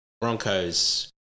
Broncos